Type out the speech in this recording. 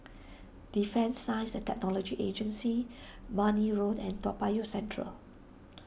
Defence Science and Technology Agency Marne Road and Toa Payoh Central